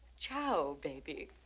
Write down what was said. ciao, baby.